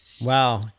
wow